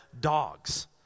dogs